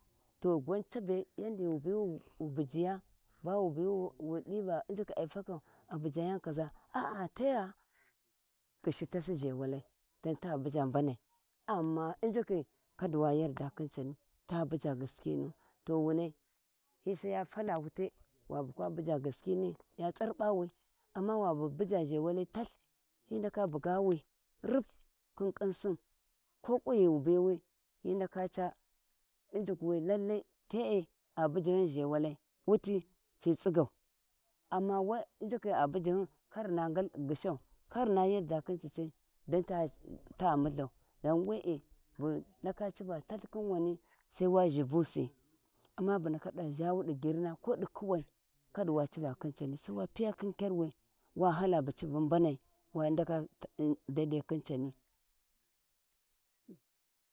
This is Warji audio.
To gwan caba yandi wu biwu bujiya ba wu diva ijikhi ai fakau a bujaya kaʒa aa tegha, gyishi tasi zhewalai ta buya mbanai amma injikhi kada wa yanda khin cani ta buja gaskinu to wunai, di sai ya faluwute wa bukwa buja gaskini ya tsarbawa amma wa bu buja gaskini talth, ya bugawi rip khin khinsi koƙi ghiwu biwi hi nda ca injikwi lallai, tee ta bujihin zhewali wuti ci tsagyau amma wai injikhi a buji hin kar hino ghilhau kar hina suma khin cici, dan ta mulhau dan wee bu ndaka cuvu talth khin wani sai wa zhibusi bu ndaka zhawu di grima ko di kewi kaddi waava khun cani sawa khin kyar wi wa hala bu civa mbanai wa ndaka daidai kan cani.